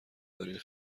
دارین